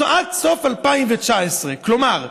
עד סוף 2019. כלומר,